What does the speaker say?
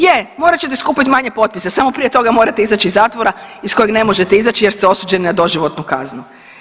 Je morat ćete skupiti manje potpisa samo prije toga morate izaći iz zatvora iz kojeg ne možete izaći jer ste osuđeni na doživotnu kaznu.